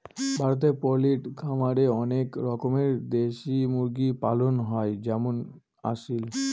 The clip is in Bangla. ভারতে পোল্ট্রি খামারে অনেক রকমের দেশি মুরগি পালন হয় যেমন আসিল